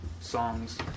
songs